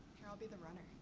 here, i'll be the runner.